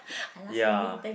ya